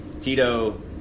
Tito